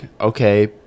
okay